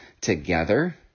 together